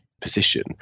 position